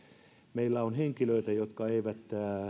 meillä on henkilöitä jotka eivät